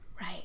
Right